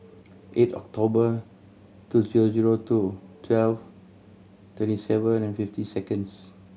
eight October two zero zero two twelve twenty seven and fifty seconds